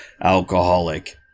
alcoholic